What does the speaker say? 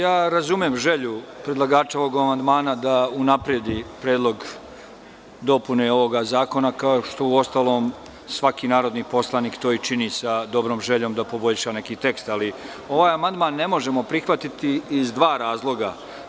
Ja razumem želju predlagača ovog amandmana da unapredi Predlog dopune ovoga zakona, kao što uostalom svaki narodni poslanik to i čini sa dobrom željom da poboljša neki tekst, ali ovaj amandman ne možemo prihvatiti iz dva razloga.